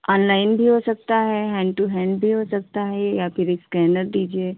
online भी हो सकता है हैंड टू हैंड भी हो सकता है या फिर स्कैनर दीजिए